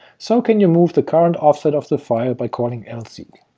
so can you move the current offset of the file by calling lseek